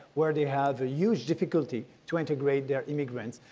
where they have huge difficulty to integrate their immigrants.